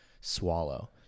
swallow